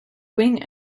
wing